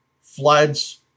floods